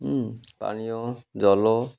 ହୁଁ ପାନୀୟ ଜଳ